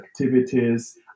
activities